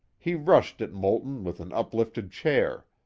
he rushed at moulton with an uplifted chair.